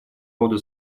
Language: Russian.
рода